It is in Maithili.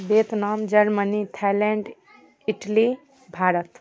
Vietnam Germany Thailand Italy Bharat